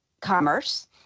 Commerce